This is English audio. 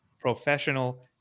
professional